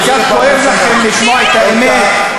כל כך כואב לכם לשמוע את האמת.